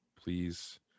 Please